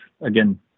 again